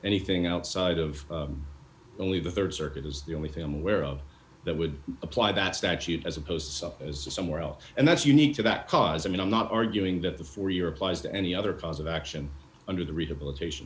anything outside of only the rd circuit is the only thing i'm aware of that would apply that statute as opposed to somewhere else and that's unique to that cause i mean i'm not arguing that the four year applies to any other cause of action under the rehabilitation